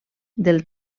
del